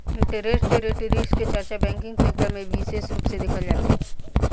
interest rate risk के चर्चा banking sector में बिसेस रूप से देखल जाला